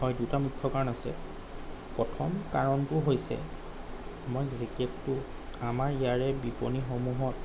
হয় দুটা মূখ্য কাৰণ আছে প্ৰথম কাৰণটো হৈছে মই জেকেটতো আমাৰ ইয়াৰে বিপণীসমূহত